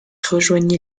rejoignit